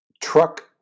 Truck